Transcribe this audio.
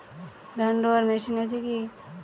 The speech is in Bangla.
ধান রোয়ার মেশিন আছে কি?